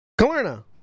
Kalerna